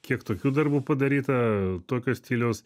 kiek tokių darbų padaryta tokio stiliaus